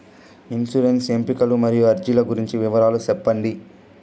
insurance ఎంపికలు మరియు అర్జీల గురించి వివరాలు సెప్పండి